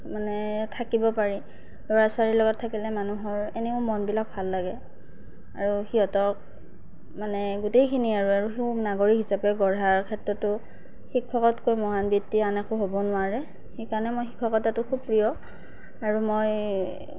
মানে থাকিব পাৰি ল'ৰা ছোৱালীৰ লগত থাকিলে মানুহৰ এনেও মনবিলাক ভাল লাগে আৰু সিহঁতক মানে গোটেইখিনি আৰু নাগৰিক হিচাপে গঢ়াৰ ক্ষেত্ৰতো শিক্ষকতকৈ মহান বৃত্তি আন একো হ'ব নোৱাৰে সেইকাৰণে মোৰ শিক্ষকতাতো খুব প্ৰিয় আৰু মই